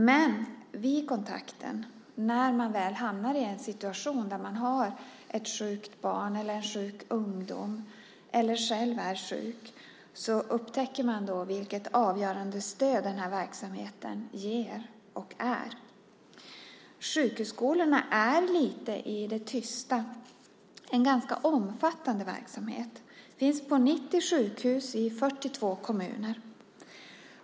Men vid kontakten, när man väl hamnar i en situation där man har ett sjukt barn eller en sjuk ungdom eller själv är sjuk, upptäcker man vilket avgörande stöd den här verksamheten ger och är. Sjukhusskolorna verkar lite i det tysta, en ganska omfattande verksamhet. De finns på 90 sjukhus i 42 kommuner.